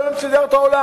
ככה אלוהים סידר את העולם: